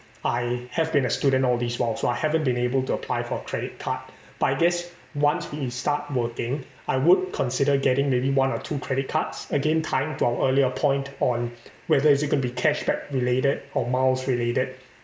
I have been a student all this while so I haven't been able to apply for credit card but I guess once you start working I would consider getting maybe one or two credit cards again tying to our earlier point on whether is it going to be cashback related or miles related